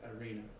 arena